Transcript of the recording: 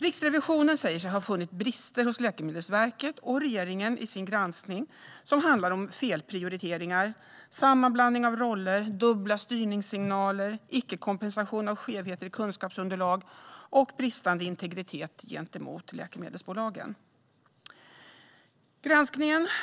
Riksrevisionen säger sig ha funnit brister hos Läkemedelsverket och regeringen i sin granskning; det handlar om felprioriteringar, sammanblandning av roller, dubbla styrningssignaler, icke-kompensation av skevheter i kunskapsunderlag och bristande integritet gentemot läkemedelsbolagen. Herr talman!